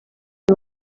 uyu